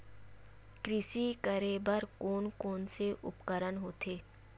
कृषि करेबर कोन कौन से उपकरण होथे?